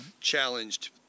challenged